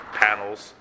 panels